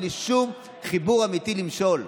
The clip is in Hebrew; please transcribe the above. בלי שום חיבור אמיתי למשול.